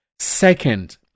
Second